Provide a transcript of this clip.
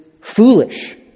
foolish